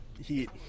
Heat